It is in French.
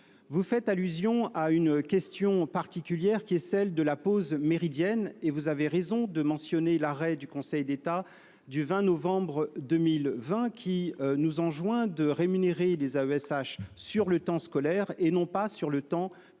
Vous faites allusion à une question particulière, qui est celle de la pause méridienne. Vous avez eu raison de mentionner l'arrêt du Conseil d'État du 20 novembre 2020, qui nous enjoint de rémunérer les AESH sur le temps scolaire et non pas sur le temps périscolaire.